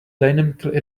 dynamically